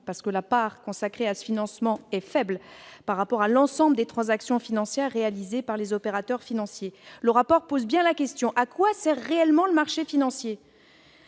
tant la part consacrée à ce financement est faible par rapport à l'ensemble des transactions financières réalisées par les opérateurs financiers. Le rapport pose bien la question :« À quoi sert réellement le marché financier ?